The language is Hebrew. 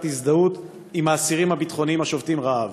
הזדהות עם האסירים הביטחוניים השובתים רעב.